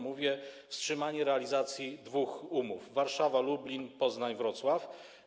Mówię: wstrzymanie realizacji dwóch umów: Warszawa - Lublin, Poznań - Wrocław.